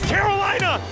Carolina